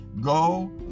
go